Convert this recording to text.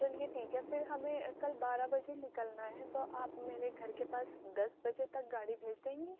چلیے ٹھیک ہے پھر ہمیں کل بارہ بجے نکلنا ہے تو آپ میرے گھر کے پاس دس بجے تک گاڑی بھیج دیں گی